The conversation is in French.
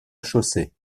chaussée